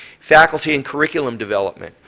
faculty and curriculum development.